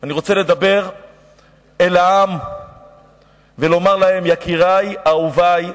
אני רוצה לדבר אל העם ולומר להם: יקירי, אהובי,